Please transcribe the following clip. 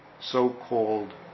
so-called